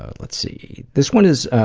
ah let's see. this one is